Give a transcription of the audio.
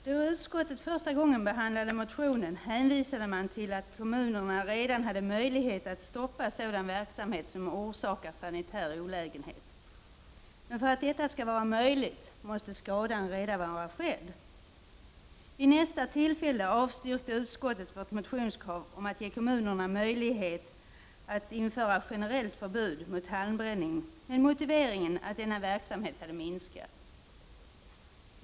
Då utskottet första gången behandlade motionen hänvisade man till att kommunerna redan har möjlighet att stoppa sådan verksamhet som orsakar sanitär olägenhet. Men för att detta skall vara möjligt måste skadan redan vara skedd. Vid nästa tillfälle avstyrkte utskottet vårt motionskrav om att ge kommunerna möjlighet att införa generellt förbud mot halmbränning med motiveringen att denna verksamhet hade minskat.